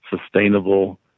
sustainable